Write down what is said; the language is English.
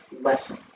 lesson